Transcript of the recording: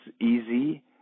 easy